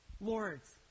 Lords